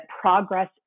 progress